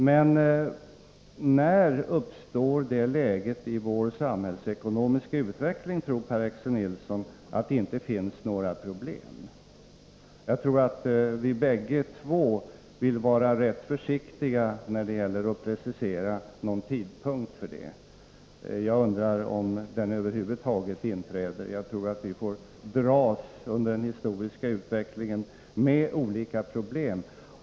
Men när uppstår det läge i vår samhällsekonomiska = Nr 36 utveckling då det inte finns några problem, tror Per-Axel Nilsson? Onsdagen den Jag tror att vi bägge två vill vara rätt försiktiga när det gäller att precisera 30 november 1983 tidpunkten för detta. Jag undrar om denna tidpunkt över huvud taget kommer att inträda. Jag tror att vi under den historiska utvecklingen får dras Fortsatt giltighet av med olika problem.